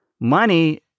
money